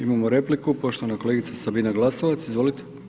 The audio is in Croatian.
Imamo repliku, poštovana kolegica Sabina Glasovac, izvolite.